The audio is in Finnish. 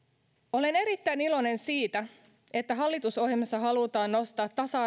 olen erittäin iloinen siitä että hallitusohjelmassa halutaan nostaa tasa